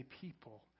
people